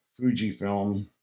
Fujifilm